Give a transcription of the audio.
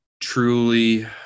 truly